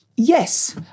Yes